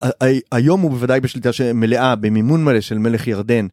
היום הוא בוודאי בשלטה שמלאה במימון מלא של מלך ירדן.